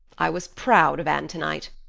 i was proud of anne tonight,